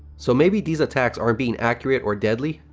so, maybe these attacks aren't being accurate, or deadly,